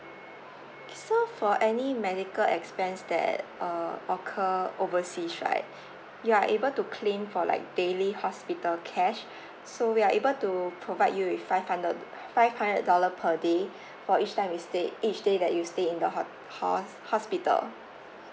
so for any medical expense that uh occur oversea right you are able to claim for like daily hospital cash so we are able to provide you with five hundred five hundred dollar per day for each time you stayed each day that you stay in the hot~ hos~ hospital